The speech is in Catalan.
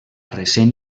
recent